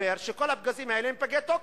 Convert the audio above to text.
מסתבר שכל הפגזים האלה הם פגי תוקף.